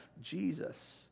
Jesus